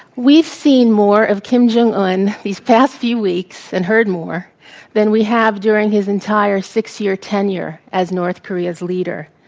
we've seen more of kim jong un these past few weeks and heard more than we have during his entire six-year tenure as north korea's leader.